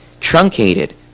truncated